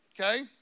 Okay